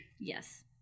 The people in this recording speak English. Yes